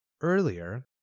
Earlier